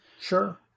Sure